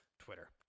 Twitter